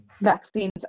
vaccines